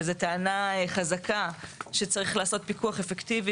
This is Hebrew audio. וזו טענה חזקה שצריך לעשות פיקוח אפקטיבי